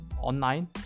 online